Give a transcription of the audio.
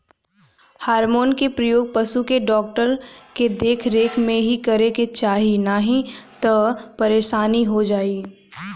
hormone के प्रयोग पशु के डॉक्टर के देख रेख में ही करे के चाही नाही तअ परेशानी हो जाई